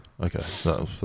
Okay